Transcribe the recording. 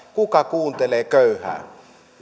kuka kuuntelee köyhää